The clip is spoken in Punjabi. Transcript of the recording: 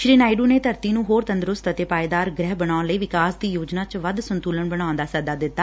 ਸ੍ਰੀ ਨਾਇਡੂ ਨੇ ਧਰਤੀ ਨੂੰ ਹੋਰ ਤੰਦਰੁਸਤ ਅਤੇ ਪਾਏਦਾਰ ਗ੍ਰਹਿ ਬਣਾਉਣ ਲਈ ਵਿਕਾਸ ਦੀ ਯੋਜਨਾ ਚ ਵੱਧ ਸੰਤੁਲਨ ਬਣਾਉਣ ਦਾ ਸੱਦਾ ਦਿੱਤਾ